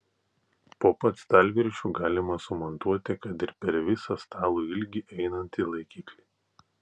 po pat stalviršiu galima sumontuoti kad ir per visą stalo ilgį einantį laikiklį